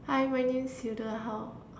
hi my name's hilda how